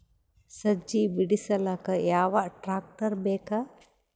ಸಜ್ಜಿ ಬಿಡಿಸಿಲಕ ಯಾವ ಟ್ರಾಕ್ಟರ್ ಬೇಕ?